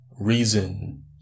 reason